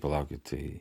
palaukit tai